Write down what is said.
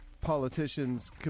politicians